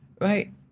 right